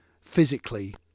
physically